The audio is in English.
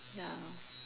ya